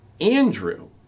Andrew